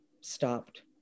stopped